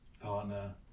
partner